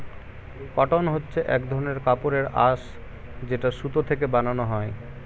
cotton হচ্ছে এক ধরনের কাপড়ের আঁশ যেটা সুতো থেকে বানানো হয়